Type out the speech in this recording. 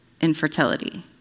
infertility